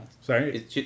sorry